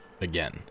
again